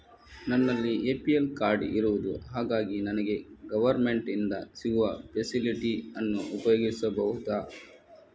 ನನ್ನಲ್ಲಿ APL card ಇರುದು ಹಾಗಾಗಿ ನನಗೆ ಗವರ್ನಮೆಂಟ್ ಇಂದ ಸಿಗುವ ಫೆಸಿಲಿಟಿ ಅನ್ನು ಉಪಯೋಗಿಸಬಹುದಾ?